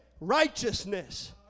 righteousness